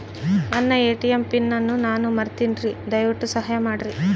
ನನ್ನ ATM PIN ಅನ್ನು ನಾನು ಮರಿತಿನ್ರಿ, ದಯವಿಟ್ಟು ಸಹಾಯ ಮಾಡ್ರಿ